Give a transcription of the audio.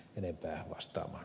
eletään vasta